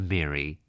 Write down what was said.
Mary